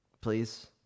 please